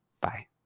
Bye